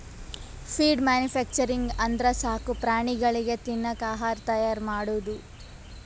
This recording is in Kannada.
ಫೀಡ್ ಮ್ಯಾನುಫ್ಯಾಕ್ಚರಿಂಗ್ ಅಂದ್ರ ಸಾಕು ಪ್ರಾಣಿಗಳಿಗ್ ತಿನ್ನಕ್ ಆಹಾರ್ ತೈಯಾರ್ ಮಾಡದು